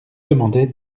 demandait